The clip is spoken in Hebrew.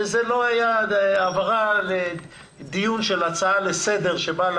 שזה לא יהיה סתם דיון על הצעה לסדר שבאה